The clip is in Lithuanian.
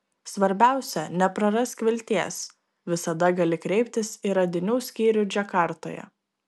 svarbiausia neprarask vilties visada gali kreiptis į radinių skyrių džakartoje